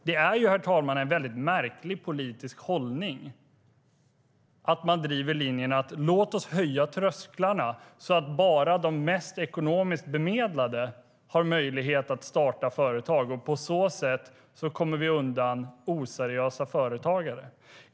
Herr talman! Det är en mycket märklig politisk hållning att man driver linjen att man ska höja trösklarna så att bara de ekonomiskt mest bemedlade ska ha möjlighet att starta företag för att man på så sätt ska komma undan oseriösa företagare.